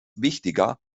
wichtiger